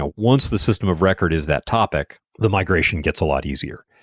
ah once the system of record is that topic, the migration gets a lot easier.